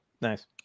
Nice